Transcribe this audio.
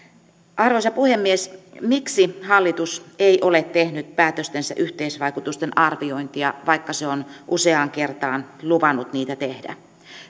arvoisa puhemies miksi hallitus ei ole tehnyt päätöstensä yhteisvaikutusten arviointia vaikka se on useaan kertaan luvannut niitä tehdä